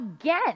again